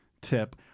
tip